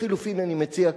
לחלופין אני מציע,